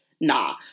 nah